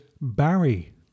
Barry